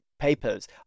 papers